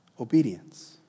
obedience